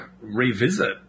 revisit